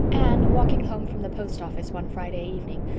anne, walking home from the post office one friday evening,